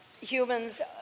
humans